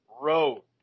road